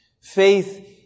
Faith